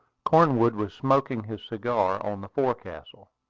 cornwood was smoking his cigar on the forecastle.